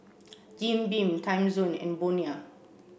Jim Beam Timezone and Bonia